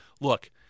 Look